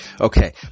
Okay